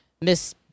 Miss